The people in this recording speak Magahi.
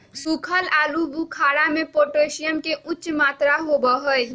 सुखल आलू बुखारा में पोटेशियम के उच्च मात्रा होबा हई